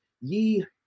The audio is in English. ye